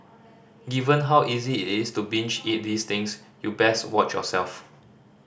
given how easy it is to binge eat these things you best watch yourself